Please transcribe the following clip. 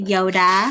Yoda